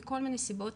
מכל מיני סיבות,